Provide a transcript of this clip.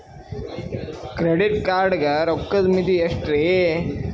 Credit card ಗ ರೋಕ್ಕದ್ ಮಿತಿ ಎಷ್ಟ್ರಿ?